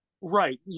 Right